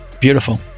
Beautiful